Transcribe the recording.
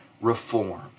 reform